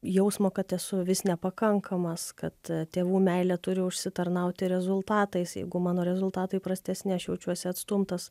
jausmo kad esu vis nepakankamas kad tėvų meilę turi užsitarnauti rezultatais jeigu mano rezultatai prastesni aš jaučiuosi atstumtas